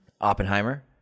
Oppenheimer